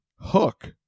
hook